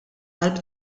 qalb